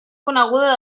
coneguda